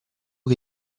che